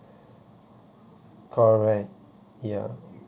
correct ya